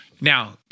Now-